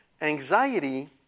Anxiety